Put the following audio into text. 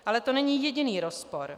Ale to není jediný rozpor.